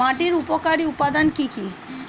মাটির উপকারী উপাদান কি কি?